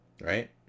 right